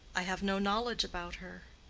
i have no knowledge about her.